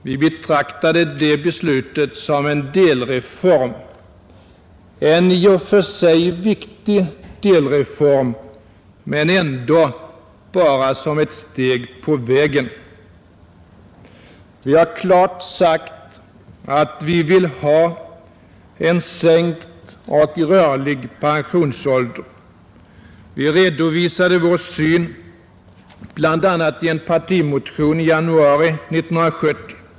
Vi betraktade det beslutet som en delreform — en i och för sig viktig delreform, men ändå bara ett steg på vägen. Vi har klart sagt att vi vill ha en sänkt och rörlig pensionsålder. Vi redovisade vår syn bl.a. i en partimotion i januari 1970.